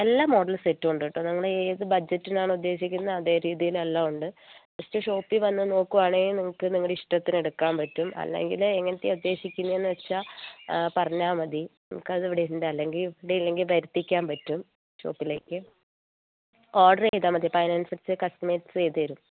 എല്ലാ മോഡൽ സെറ്റും ഉണ്ട് കേട്ടോ നിങ്ങൾ ഏത് ബഡ്ജറ്റിൽ ആണ് ഉദ്ദേശിക്കുന്നത് അതേ രീതിയിൽ എല്ലാം ഉണ്ട് ഫസ്റ്റ് ഷോപ്പിൽ വന്ന് നോക്കുവാണെങ്കിൽ നിങ്ങൾക്ക് നിങ്ങളുടെ ഇഷ്ടത്തിന് എടുക്കാൻ പറ്റും അല്ലെങ്കിൽ എങ്ങനത്തെയാണ് ഉദ്ദേശിക്കുന്നതെന്ന് വെച്ചാൽ പറഞ്ഞാൽ മതി നമുക്ക് അത് ഇവിടെ ഉണ്ട് അല്ലെങ്കിൽ ഇവിടെ ഇല്ലെങ്കിൽ വരുത്തിക്കാൻ പറ്റും ഷോപ്പിലേക്ക് ഓർഡർ ചെയ്താൽ മതി അപ്പോൾ അതിനനുസരിച്ച് കസ്റ്റമൈസ് ചെയ്തുതരും